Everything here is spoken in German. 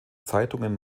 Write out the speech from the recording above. zeitungen